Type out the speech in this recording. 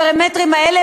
הפרמטרים האלה,